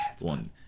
one